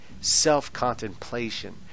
self-contemplation